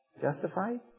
Justified